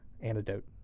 antidote